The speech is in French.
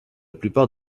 plupart